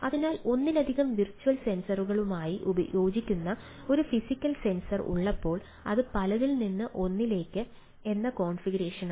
അതിനാൽ ഒന്നിലധികം വെർച്വൽ സെൻസറുകളുമായി യോജിക്കുന്ന ഒരു ഫിസിക്കൽ സെൻസർ ഉള്ളപ്പോൾ അത് പലതിൽ നിന്ന് ഒന്നിലേക്ക് എന്ന കോൺഫിഗറേഷനാണ്